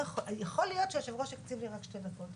אנחנו סיימנו עם ההסתייגויות לחוק הראשון,